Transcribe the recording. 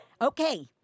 Okay